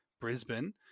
Brisbane